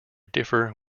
differ